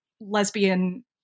lesbian